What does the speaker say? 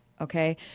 Okay